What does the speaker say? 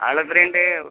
ആൾ എത്ര ഉണ്ട്